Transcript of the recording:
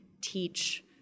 teach